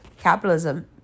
Capitalism